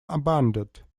abandoned